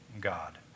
God